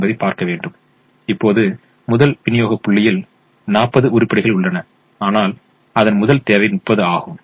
என்பதை பார்க்க வேண்டும் இப்போது முதல் விநியோக புள்ளியில் 40 உருப்படிகள் உள்ளன ஆனால் அதன் முதல் தேவை 30 ஆகும்